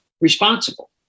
responsible